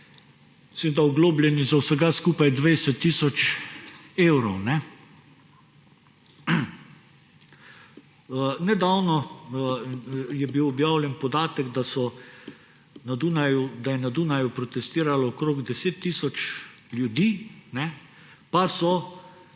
so bili oglobljeni za vsega skupaj 20 tisoč evrov. Nedavno je bil objavljen podatek, da je na Dunaju protestiralo okoli 10 tisoč ljudi, pa so